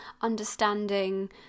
understanding